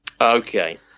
okay